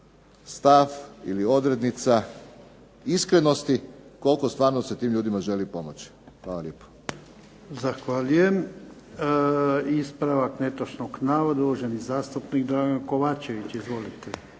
stav ili odrednica iskrenosti koliko stvarno se tim ljudima želi pomoći. Hvala lijepo. **Jarnjak, Ivan (HDZ)** Zahvaljujem. Ispravak netočnog navoda, uvaženi zastupnik Dragan Kovačević. Izvolite.